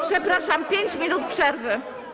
Przepraszam, 5 minut przerwy.